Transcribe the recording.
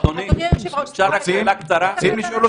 משמעות